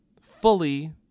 fully